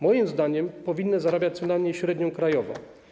Moim zdaniem powinny zarabiać co najmniej średnią krajową.